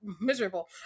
miserable